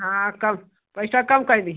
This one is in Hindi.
हाँ कम पैसा कम कर दिही